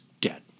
dead